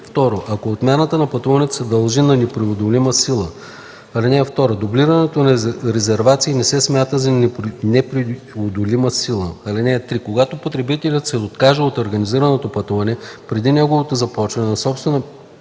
или 2. ако отмяната на пътуването се дължи на непреодолима сила. (2) Дублирането на резервации не се смята за непреодолима сила. (3) Когато потребителят се откаже от организираното пътуване преди неговото започване по собствена